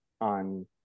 on